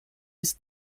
ist